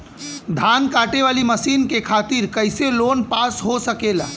धान कांटेवाली मशीन के खातीर कैसे लोन पास हो सकेला?